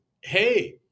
hey